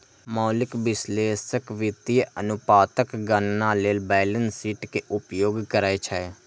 मौलिक विश्लेषक वित्तीय अनुपातक गणना लेल बैलेंस शीट के उपयोग करै छै